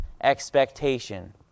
expectation